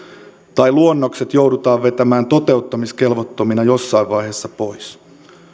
tai luonnokset joudutaan vetämään toteuttamiskelvottomina jossain vaiheessa pois